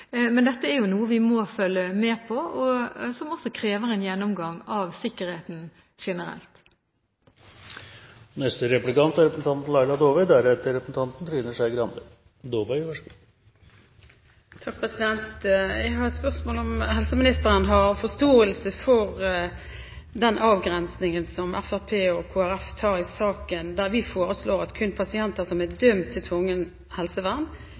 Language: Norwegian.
Men dette er jo noe vi må følge med på, og som krever en gjennomgang av sikkerheten generelt. Jeg har et spørsmål om hvorvidt helseministeren har forståelse for den avgrensingen Fremskrittspartiet og Kristelig Folkeparti gjør i saken, der vi foreslår at kun pasienter som er dømt til tvungent psykisk helsevern,